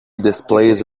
displays